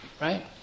Right